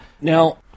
Now